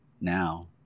now